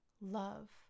love